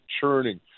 churning